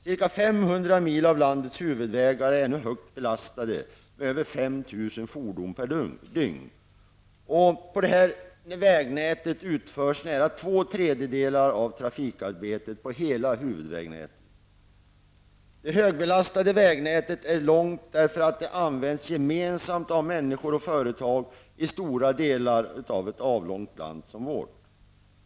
Ca 500 mil av landets huvudvägar är nu hårt belastade med över 5 000 fordon per dygn. Här utförs nära tvåtredjedelar av trafikarbetet på hela huvudvägnätet. Det högbelastade vägnätet är långt därför att det används gemensamt av människor och företag i stora delar av vårt avlånga land.